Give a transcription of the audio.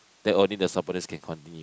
then only the subordinates can continue